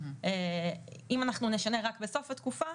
אם נשנה רק בסוף התקופה,